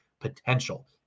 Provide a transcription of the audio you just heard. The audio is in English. potential